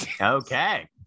Okay